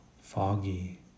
foggy